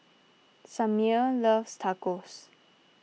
Samir loves Tacos